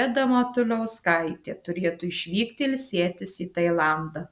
reda matuliauskaitė turėtų išvykti ilsėtis į tailandą